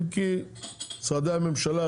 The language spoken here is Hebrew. אם כי משרדי הממשלה,